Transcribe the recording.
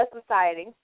society